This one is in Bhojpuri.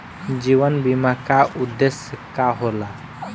जीवन बीमा का उदेस्य का होला?